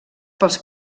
pels